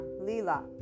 Lila